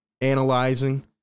analyzing